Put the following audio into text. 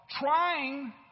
trying